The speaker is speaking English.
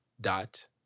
dot